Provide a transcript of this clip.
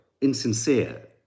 Insincere